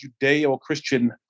Judeo-Christian